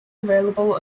available